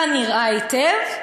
אתה נראה היטב,